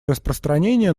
распространения